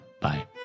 Bye